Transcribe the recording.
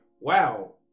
wow